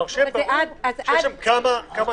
כלומר שיהיה ברור שיש שם כמה מדרגות.